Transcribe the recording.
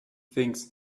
things